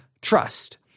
trust